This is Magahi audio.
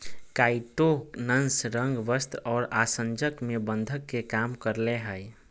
काइटोनस रंग, वस्त्र और आसंजक में बंधक के काम करय हइ